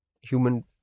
human